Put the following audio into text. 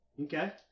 Okay